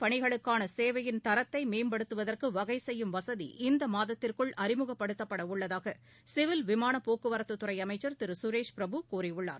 பயணிகளுக்கானசேவையின் விமானப் தரத்தைமேம்படுத்துவதற்குவகைசெய்யும் வசதி இந்தமாதத்திற்குள் விமானப் அறிமுகப்படுத்தப்படஉள்ளதாகசிவில் போக்குவரத்துத்துறைஅமைச்சர் திருசுரேஷ் பிரபு கூறியுள்ளார்